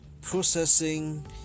processing